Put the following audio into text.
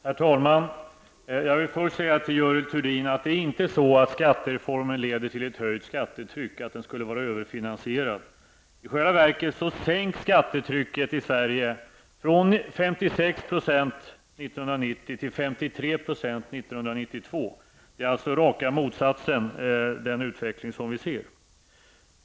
Herr talman! Jag vill först till Görel Thurdin säga att skattereformen inte leder till ett högt skattetryck, att den skulle vara överfinansierad. I själva verket sänks skattetrycket i Sverige från 56 % 1990 till 53 % 1992. Den utveckling som vi ser innebär alltså raka motsatsen.